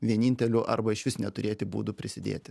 vieninteliu arba išvis neturėti būdų prisidėti